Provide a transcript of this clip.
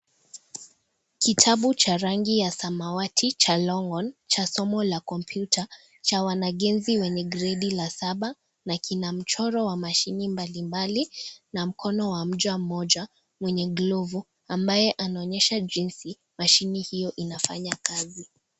Kitabu cha rangi ya samawati cha Longhorn cha somo la kompyuta, cha wanagenzi wenye gredi la saba, na kina mchoro wa mashini mbalimbali na mkono wa mja mmoja mwenye glovu, ambaye anaonyesha jinsi mashii hiyo inafanya kazi.